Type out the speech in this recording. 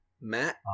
Matt